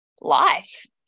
life